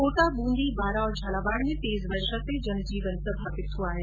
कोटा बूंदी बारां और झालावाड़ में तेज वर्षा से जनजीवन प्रभावित है